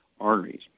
arteries